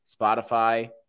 Spotify